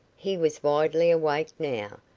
he was widely awake now,